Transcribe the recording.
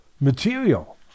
material